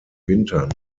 wintern